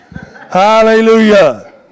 Hallelujah